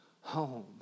home